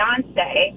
Beyonce